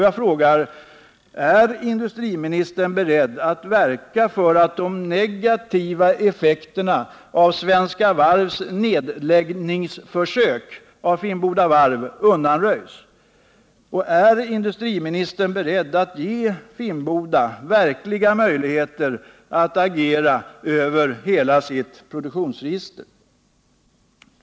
Jag frågar: Är industriministern beredd att verka för att de negativa effekterna av Svenska Varvs nedläggningsförsök av Finnboda Varv undanröjs? Är industriministern beredd att ge Finnboda Varv möjligheter att agera över hela sitt produktionsregister?